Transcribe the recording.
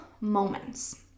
moments